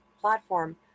platform